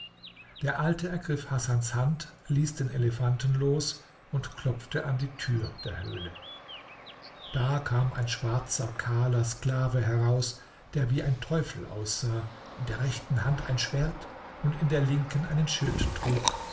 der alte ergriff hasans hand ließ den elefanten los und klopfte an die tür der höhle da kam ein schwarzer kahler sklave heraus der wie ein teufel aussah in der rechten hand ein schwert und in der linken einen schild trug